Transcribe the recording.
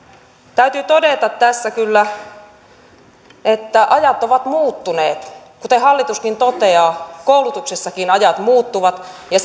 täytyy todeta tässä kyllä että ajat ovat muuttuneet kuten hallituskin toteaa koulutuksessakin ajat muuttuvat ja